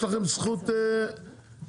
יש לכם זכות ללכת,